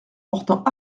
portant